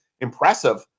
impressive